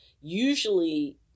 usually